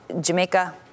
Jamaica